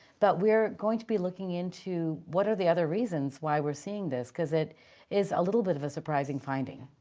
but we're going to be looking into what are the other reasons why we're seeing this? because it is a little bit of a surprising finding.